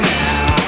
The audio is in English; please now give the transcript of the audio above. now